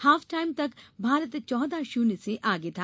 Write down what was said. half time तक भारत चौदह शून्य से आगे था